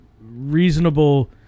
Reasonable